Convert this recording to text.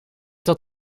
tot